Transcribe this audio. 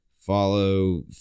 follow